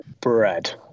Bread